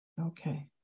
Okay